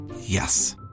Yes